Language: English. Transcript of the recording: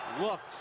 Looks